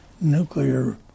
nuclear